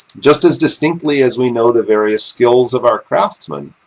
just as distinctly as we know the various skills of our craftsmen,